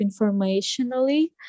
informationally